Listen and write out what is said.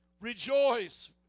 rejoice